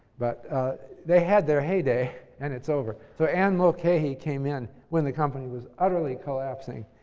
but they had their heyday and it's over. so, anne mulcahy came in when the company was utterly collapsing,